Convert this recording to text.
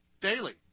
daily